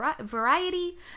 variety